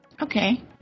Okay